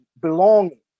belonging